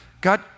God